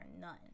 none